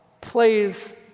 plays